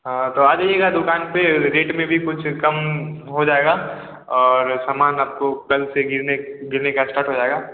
हाँ तो आ जाइएगा दुकान पर रेट में भी कुछ कम हो जाएगा और समान आपको कल से गिरने गिरने का स्टार्ट हो जाएगा